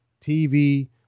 TV